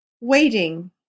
Waiting